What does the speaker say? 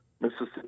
Mississippi